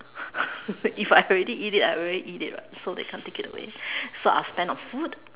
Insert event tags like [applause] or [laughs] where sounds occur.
[laughs] if I already eat it I already eat it [what] so they can't take it away so I'll spend on food